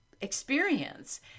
experience